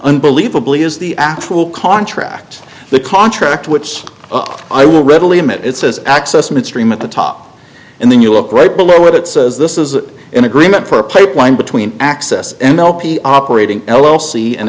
unbelievably is the actual contract the contract which up i will readily admit it says access midstream at the top and then you look right below it it says this is in agreement for a pipeline between access and lp operating l l c and